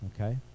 Okay